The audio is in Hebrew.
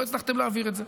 לא הצלחתם להעביר את זה.